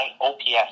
OPS